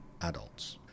adults